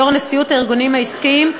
יו"ר נשיאות הארגונים העסקיים,